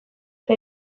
eta